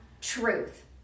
truth